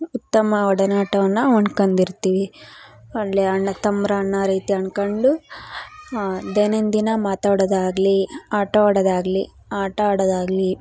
ಉತ್ತಮ ಒಡನಾಟವನ್ನು ಹೊಣ್ಕಂದಿರ್ತೀವಿ ಒಳ್ಳೆಯ ಅಣ್ಣ ತಮ್ರು ಅಣ್ಣ ರೀತಿ ಅನ್ಕೊಂಡು ದೈನಂದಿನ ಮಾತಾಡೋದಾಗಲಿ ಆಟವಾಡೋದಾಗಲಿ ಆಟಾಡೋದಾಗಲಿ